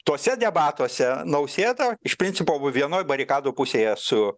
tuose debatuose nausėda iš principo vienoj barikadų pusėje su